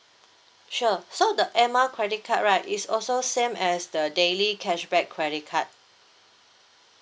sure so the air mile credit card right is also same as the daily cashback credit card